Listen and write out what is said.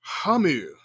Hamu